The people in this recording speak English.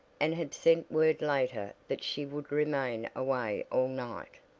and had sent word later that she would remain away all night.